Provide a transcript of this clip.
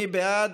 מי בעד?